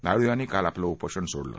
नाय यांनी काल आपलं उपोषण सो लं